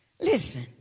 Listen